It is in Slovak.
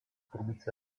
trubice